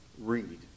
read